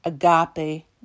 agape